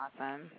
awesome